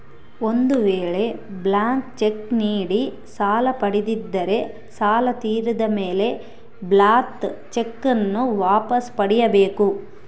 ಒಂದು ವೇಳೆ blank check ನೀಡಿ ಸಾಲ ಪಡೆದಿದ್ದರೆ ಸಾಲ ತೀರಿದ ಮೇಲೆ ಬ್ಲಾಂತ್ ಚೆಕ್ ನ್ನು ವಾಪಸ್ ಪಡೆಯ ಬೇಕು